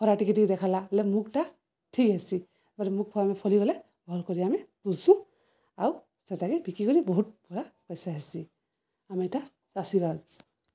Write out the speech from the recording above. ଖରା ଟିକେ ଟିକେ ଦେଖଲା ବଲେ ମୁଗ୍ଟା ଠିକ ହେସି ତା ମୁଖ ଫ ଆମେ ଫରିଗଲେ ଭଲ କରି ଆମେ ତୁଲସୁଁ ଆଉ ସେଟାକେ ବିକ୍ରି କରି ବହୁତ ଭରା ପଇସା ହେସି ଆମେ ଏଟା ଚାଷୀବାଦ